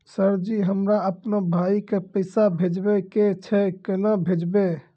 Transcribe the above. Sir ji हमरा अपनो भाई के पैसा भेजबे के छै, केना भेजबे?